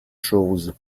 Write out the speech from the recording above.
chose